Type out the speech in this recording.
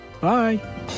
Bye